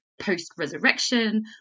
post-resurrection